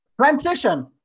transition